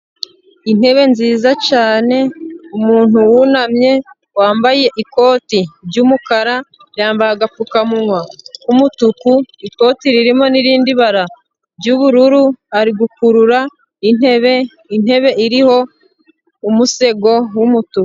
Intebe nziza cyane umuntu wunamye wambaye ikoti ry'umukara yambaye agapfukamunwa k'umutuku, ikoti ririmo n'irindi bara ry'ubururu ari gukurura intebe, intebe iriho umusego w'umutuku.